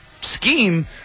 scheme